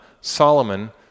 Solomon